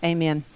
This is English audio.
Amen